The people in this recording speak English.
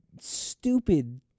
stupid